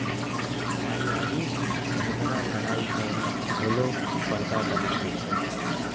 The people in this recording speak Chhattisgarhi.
परवारिक झगरा लड़ई ह घलौ परदा बना देथे